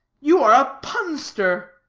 you are a punster.